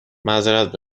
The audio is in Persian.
معذرت